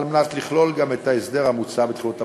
על מנת לכלול גם את ההסדר המוצע בתחולת הפרק.